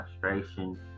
frustration